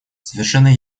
совершенно